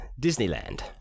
Disneyland